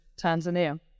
Tanzania